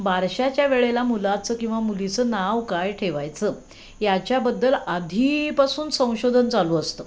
बारशाच्या वेळेला मुलाचं किंवा मुलीचं नाव काय ठेवायचं याच्याबद्दल आधीपासून संशोधन चालू असतं